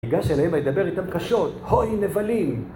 ניפגש אליהם לדבר איתם קשות: הוי נבלים!